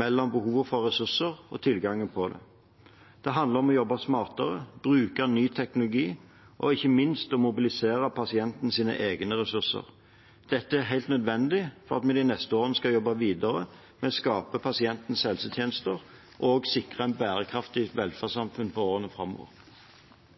mellom behovet for ressurser og tilgangen på dem. Det handler om å jobbe smartere, bruke ny teknologi og ikke minst mobilisere pasientens egne ressurser. Dette er helt nødvendig når vi de neste årene skal jobbe videre for å skape pasientenes helsetjeneste og sikre et bærekraftig velferdssamfunn for årene framover.